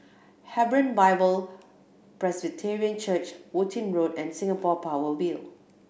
Hebron Bible Presbyterian Church Worthing Road and Singapore Power Build